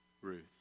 Ruth